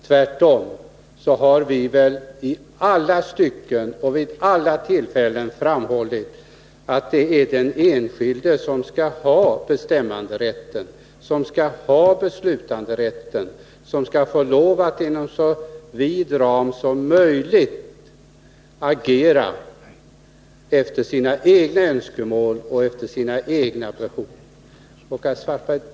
Tvärtom har vi i alla stycken och vid alla tillfällen framhållit att det är den enskilde som skall ha bestämmanderätten och beslutanderätten och som skall få lov att inom så vida ramar som möjligt agera efter sina egna önskemål och behov.